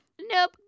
Nope